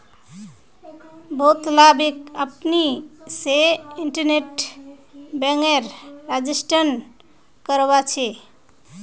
बहुतला बैंक अपने से इन्टरनेट बैंकिंगेर रजिस्ट्रेशन करवाछे